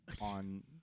on